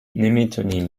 نمیتونیم